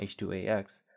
H2AX